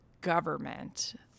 government